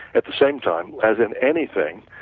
at the same time, as in anything,